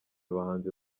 abahanzi